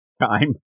time